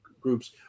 groups